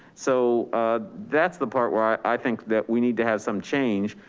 so that's the part where i think that we need to have some change.